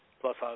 Plus